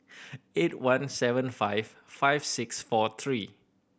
eight one seven five five six four three